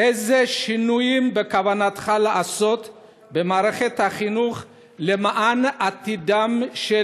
איזה שינויים בכוונתך לעשות במערכת החינוך למען עתידם של